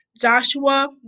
Joshua